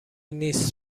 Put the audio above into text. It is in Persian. نیست